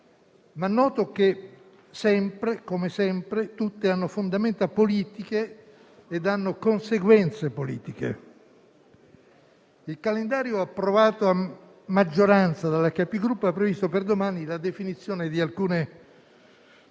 Ma noto che, come sempre, tutte hanno fondamenta politiche e hanno conseguenze politiche. Il calendario approvato a maggioranza dalla Conferenza dei Capigruppo ha previsto per domani la definizione di alcune